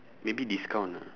maybe discount ah